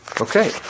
Okay